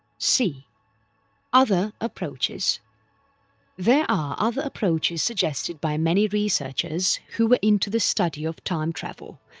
c other approaches there are other approaches suggested by many researchers who were into the study of time travel,